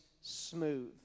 smooth